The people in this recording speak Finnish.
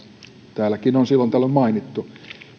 täälläkin on silloin tällöin mainittu